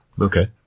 Okay